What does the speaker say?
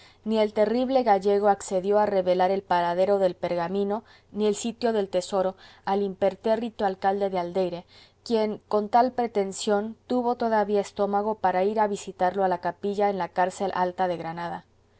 ni el terrible gallego accedió a revelar el paradero del pergamino ni el sitio del tesoro al impertérrito alcalde de aldeire quien con tal pretensión tuvo todavía estómago para ir a visitarlo a la capilla en la cárcel alta de granada